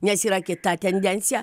nes yra kita tendencija